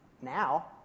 Now